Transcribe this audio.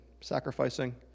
Sacrificing